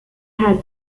head